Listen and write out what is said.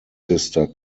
sister